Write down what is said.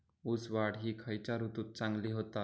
ऊस वाढ ही खयच्या ऋतूत चांगली होता?